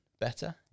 better